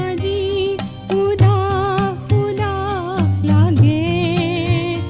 da ah da da da